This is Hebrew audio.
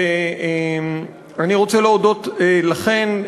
ואני רוצה להודות לכן,